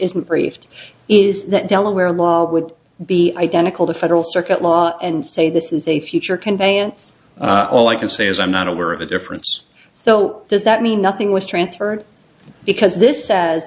isn't briefed is that delaware law would be identical to federal circuit law and say this is a future container ants all i can say is i'm not aware of a difference now does that mean nothing was transferred because this says